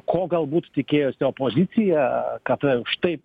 ko galbūt tikėjosi opozicija kad štai